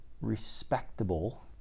respectable